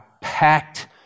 packed